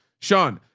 sean,